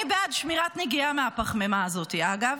אני בעד שמירת נגיעה מהפחמימה הזאת, אגב.